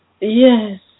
yes